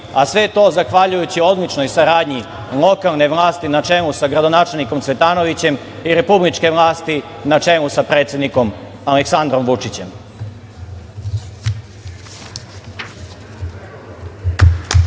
a sve to zahvaljujući odličnoj saradnji lokalne vlasti na čelu sa gradonačelnikom Cvetanovićem i republičke vlasti na čelu sa predsednik Aleksandrom Vučićem.